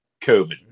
COVID